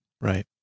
Right